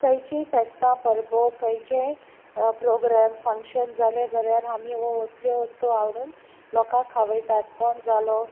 खंयचीय फेस्तां परबो खंयचेय प्रोग्रेम फंक्शन जालें जाल्यार आमी हो असल्यो वस्तू हाडून लोकांक खावयतात कोण जालो